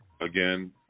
again